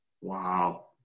Wow